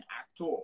actor